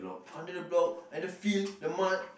under the block and the field the mud